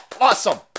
Awesome